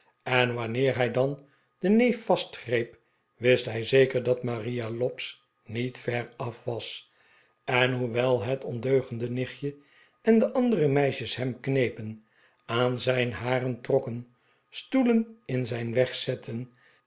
en wanneer hij dan den neef vastgreep wist hij zeker dat maria lobbs niet ver af was en hoewel het ondeugehde nichtje en de andere meisjes hem knepen aan zijn haar trokken stoelen in zijn weg zetten